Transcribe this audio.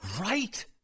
right